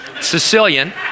Sicilian